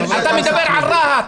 אתה מדבר על רהט,